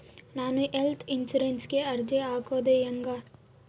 ನಾನು ಹೆಲ್ತ್ ಇನ್ಸುರೆನ್ಸಿಗೆ ಅರ್ಜಿ ಹಾಕದು ಹೆಂಗ?